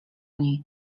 niej